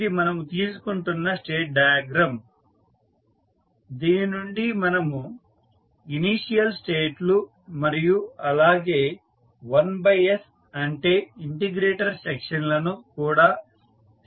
ఇది మనము తీసుకుంటున్న స్టేట్ డయాగ్రమ్ దీని నుండి మనము ఇనీషియల్ స్టేట్స్ మరియు అలాగే 1s అంటే ఇంటి గ్రేటర్ సెక్షన్ లను కూడా తీసేసాము